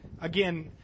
again